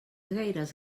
gaires